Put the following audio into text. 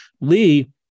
Lee